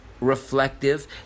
reflective